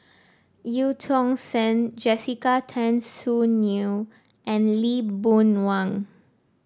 Eu Tong Sen Jessica Tan Soon Neo and Lee Boon Wang